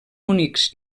únics